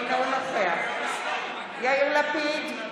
אינו נוכח יאיר לפיד,